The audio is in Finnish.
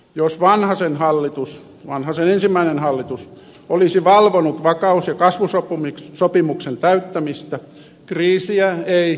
jos vanhasen ensimmäinen hallitus olisi valvonut vakaus ja kasvusopimuksen täyttämistä kriisiä ei olisi